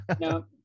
no